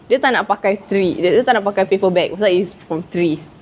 dia tak nak pakai tree dia tak nak pakai paper bag pasal is from trees